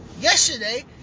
Yesterday